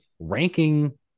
Ranking